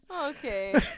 Okay